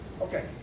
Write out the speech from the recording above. Okay